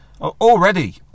already